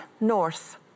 north